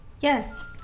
Yes